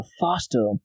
faster